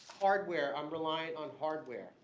hardware. i'm relying on hardware.